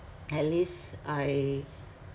at least I